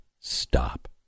stop